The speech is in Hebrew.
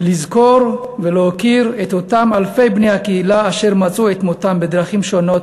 לזכור ולהוקיר את אותם אלפי בני הקהילה אשר מצאו את מותם בדרכים שונות,